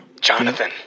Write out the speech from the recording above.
Jonathan